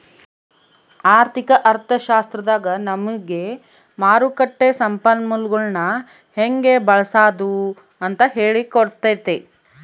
ಆರ್ಥಿಕ ಅರ್ಥಶಾಸ್ತ್ರದಾಗ ನಮಿಗೆ ಮಾರುಕಟ್ಟ ಸಂಪನ್ಮೂಲಗುಳ್ನ ಹೆಂಗೆ ಬಳ್ಸಾದು ಅಂತ ಹೇಳಿ ಕೊಟ್ತತೆ